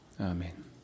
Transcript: Amen